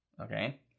Okay